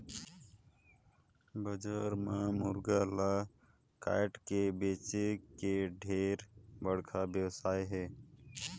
बजार म मुरगा ल कायट के बेंचे के ढेरे बड़खा बेवसाय हे